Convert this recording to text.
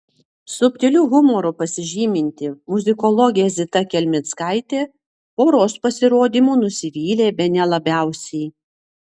subtiliu humoru pasižyminti muzikologė zita kelmickaitė poros pasirodymu nusivylė bene labiausiai